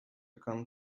come